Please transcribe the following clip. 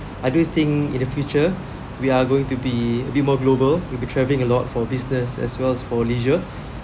I do think in the future we are going to be a bit more global we'll be traveling a lot for business as well as for leisure